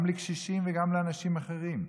גם לקשישים וגם לאנשים אחרים.